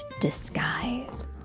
disguise